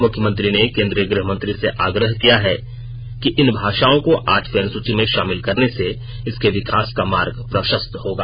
मुख्यमंत्री ने केंद्रीय गृह मंत्री से आग्रह किया है कि इन भाषाओं को आठवीं अनुसूची में शामिल करने से इनके विकास का मार्ग प्रशस्त होगा